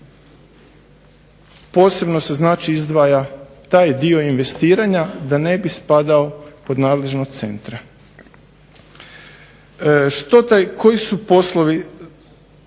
Posebno se znači izdvaja taj dio investiranja da ne bi spadao pod nadležnost centra. Što taj, koji su poslovi